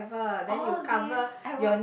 all this I would